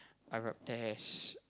Arab test